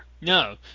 No